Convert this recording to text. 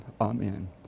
Amen